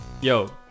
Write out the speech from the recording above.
yo